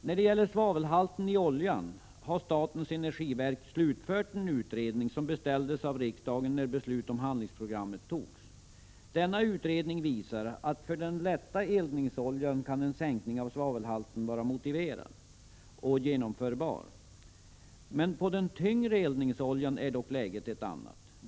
När det gäller svavelhalten i oljan har statens energiverk slutfört en utredning som beställdes av riksdagen när beslut om handlingsprogrammet fattades. Denna utredning visar att en sänkning av svavelhalten kan vara motiverad och genomförbar för den lätta eldningsoljan. Men för den tyngre eldningsoljan är läget ett annat.